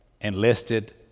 enlisted